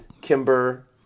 Kimber